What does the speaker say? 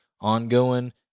ongoing